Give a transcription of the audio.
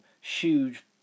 huge